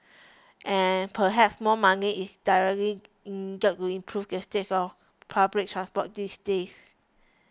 and perhaps more money is direly needed to improve the state of public transport these days